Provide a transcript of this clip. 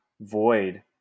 void